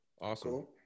Awesome